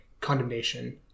condemnation